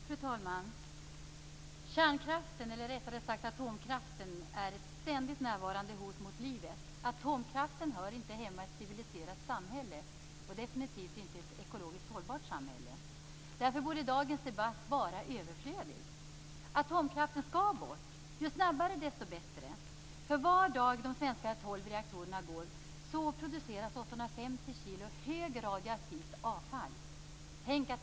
Fru talman! Kärnkraften, eller rättare sagt atomkraften, är ett ständigt närvarande hot mot livet. Atomkraften hör inte hemma i ett civiliserat samhälle och definitivt inte i ett ekologiskt hållbart samhälle. Därför borde dagens debatt vara överflödig. Atomkraften skall bort - ju snabbare desto bättre. För varje dag de tolv svenska reaktorerna går produceras 850 kilo högradioaktivt avfall.